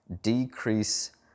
decrease